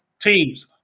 teams